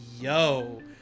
yo